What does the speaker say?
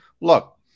Look